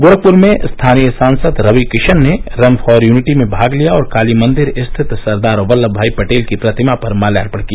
गोरखपुर में स्थानीय सांसद रविकिशन ने रन फॉर यूनिटी में भाग लिया और काली मंदिर स्थित सरदार वल्लम भाई पटेल की प्रतिमा पर माल्यार्पण किया